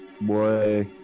boy